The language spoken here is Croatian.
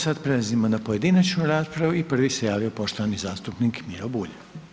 Sad prelazimo na pojedinačnu raspravu i prvi se javio poštovani zastupnik Miro Bulj.